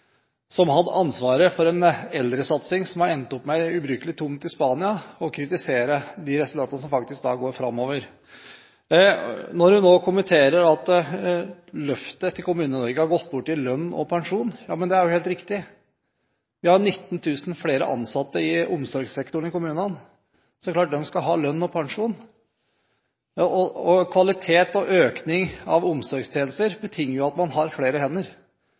som har hatt ansvaret for en eldresatsing som har endt opp med en ubrukelig tomt i Spania – å kritisere de resultatene som viser at det faktisk går framover, når hun nå kommenterer at løftet til Kommune-Norge har gått bort i lønn og pensjon. Ja, det er helt riktig. Vi har 19 000 flere ansatte i omsorgssektoren i kommunene, og det er klart at de skal ha lønn og pensjon. Kvalitet og økning av omsorgstjenester betinger jo at man har flere hender.